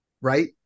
right